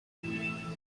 ouvert